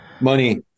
Money